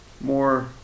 more